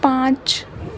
پانچ